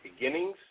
Beginnings